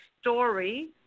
story